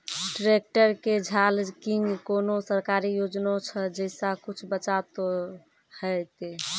Tractor के झाल किंग कोनो सरकारी योजना छ जैसा कुछ बचा तो है ते?